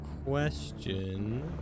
question